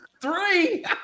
three